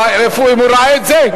אם הוא ראה את זה,